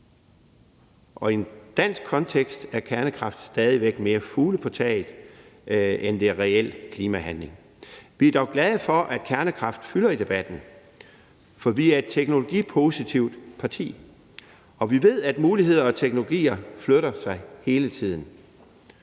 Og i en dansk kontekst er kernekraft stadig væk mere fugle på taget, end det er reel klimahandling. Vi er dog glade for, at kernekraft fylder i debatten, for vi er et teknologipositivt parti, og vi ved, at muligheder og teknologier flytter sig hele tiden.